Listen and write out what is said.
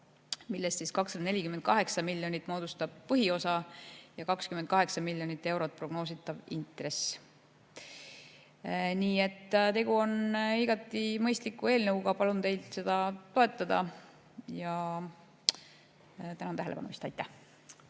millest siis 248 miljonit moodustab põhiosa ja 28 miljonit eurot prognoositav intress. Nii et tegu on igati mõistliku eelnõuga. Palun teil seda toetada ja tänan tähelepanu eest. Aitäh!